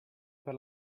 per